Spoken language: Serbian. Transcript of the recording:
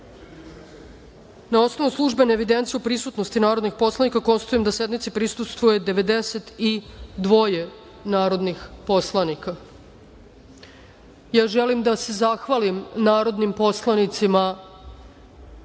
osnovu službene evidencije o prisutnosti narodnih poslanika, konstatujem da sednici prisustvuje 92 narodnih poslanika. Želim da se zahvalim narodnim poslanicima